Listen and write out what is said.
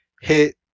hit